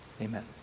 Amen